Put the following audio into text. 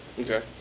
Okay